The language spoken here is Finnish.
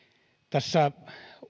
tässä